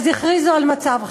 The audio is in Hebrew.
הכריזו על מצב חירום.